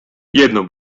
jedno